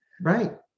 right